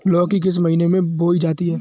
लौकी किस महीने में बोई जाती है?